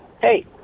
hey